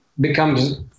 becomes